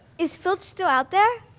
is filch still out there?